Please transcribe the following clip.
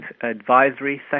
advisory